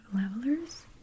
levelers